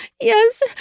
Yes